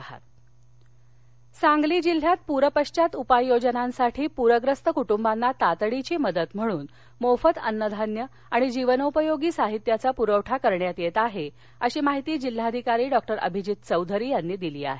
सांगली पर सांगली जिल्ह्यात पूरपश्वात उपाययोजनांसाठी पूरग्रस्त कुटुंबांना तातडीची मदत म्हणून मोफत अन्नधान्य आणि जीवनोपयोगी साहित्याचा पुरवठा करण्यात येत आहे अशी माहिती जिल्हाधिकारी डॉक्टर अभिजीत चौधरी यांनी दिली आहे